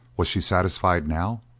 was she satisfied now?